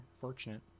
fortunate